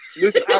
Listen